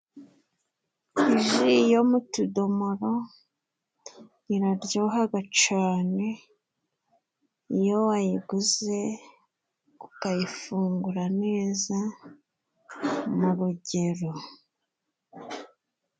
Iji yo mu tudomoro iraryohaga cane iyo wayiguze ukayifungura neza mu rugero.